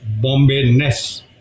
Bombay-ness